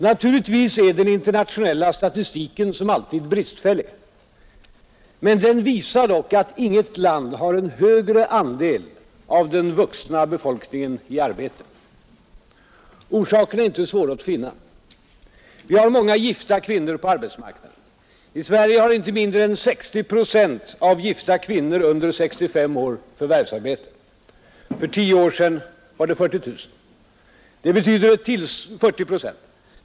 Naturligtvis är den internationella statistiken som alltid bristfällig. Men den visar dock att inget land har en högre andel av den vuxna befolkningen i arbete. Orsakerna är inte svåra att finna. Vi har många gifta kvinnor på arbetsmarknaden. I Sverige har inte mindre än 60 procent av gifta kvinnor under 65 år förvärvsarbete. För tio år sedan var det 40 procent.